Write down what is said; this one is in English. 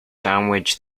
sandwich